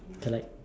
I like